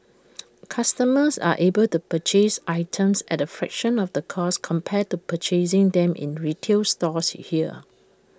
customers are able to purchase items at A fraction of the cost compared to purchasing them in retail stores here